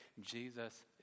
jesus